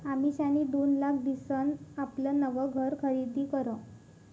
अमिषानी दोन लाख दिसन आपलं नवं घर खरीदी करं